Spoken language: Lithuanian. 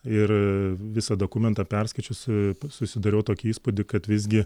ir visą dokumentą perskaičius susidariau tokį įspūdį kad visgi